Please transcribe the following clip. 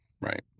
Right